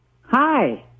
Hi